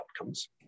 outcomes